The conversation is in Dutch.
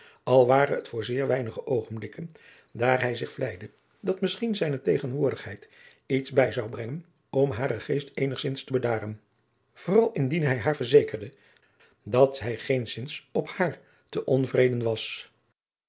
al ware het voor zeer weinige oogenblikken daar hij zich vleide dat misschien zijne tegenwoordigheid iets bij zou brengen om haren geest eenigzins te bedaren vooral indien hij haar verzekerde dat hij geenszins op haar te onvreden was